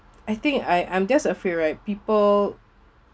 I think I I'm just afraid right people